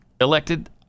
elected